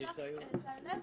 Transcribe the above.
לפתוח את הלב,